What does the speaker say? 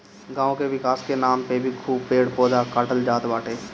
गांव के विकास के नाम पे भी खूब पेड़ पौधा काटल जात बाटे